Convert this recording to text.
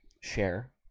share